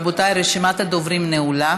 רבותיי, רשימת הדוברים נעולה.